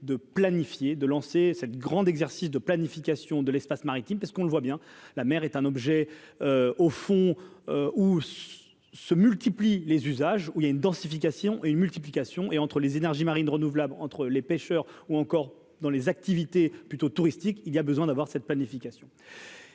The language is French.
de planifier de lancer cette grande exercice de planification de l'espace maritime parce qu'on le voit bien, la mer est un objet au fond où se multiplient les usages, où il y a une densification et une multiplication et entre les énergies marines renouvelables entre les pêcheurs ou encore dans les activités plutôt touristique, il y a besoin d'avoir cette planification